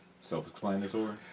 Self-explanatory